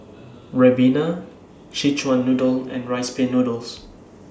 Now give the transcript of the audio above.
Ribena Szechuan Noodle and Rice Pin Noodles